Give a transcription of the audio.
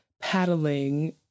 paddling